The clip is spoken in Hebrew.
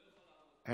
לא יכול לעמוד בה.